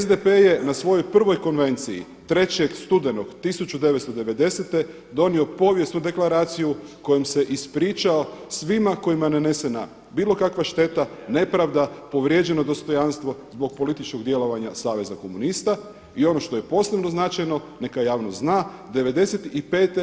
SDP je na svojoj prvog konvenciji 3.studenog 1990. donio povijesnu deklaraciju kojom se ispričao svima kojima je nanesena bilo kakva šteta, nepravda, povrijeđeno dostojanstvo zbog političkog djelovanja Saveza komunista i ono što je posebno značajno, neka javnost zna, '95.